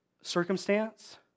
circumstance